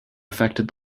affected